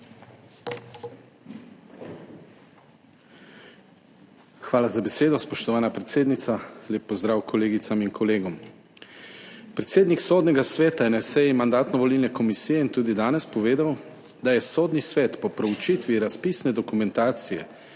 Hvala za besedo, spoštovana predsednica. Lep pozdrav kolegicam in kolegom! Predsednik Sodnega sveta je na seji Mandatno-volilne komisije in tudi danes povedal, da je Sodni svet po proučitvi razpisne dokumentacije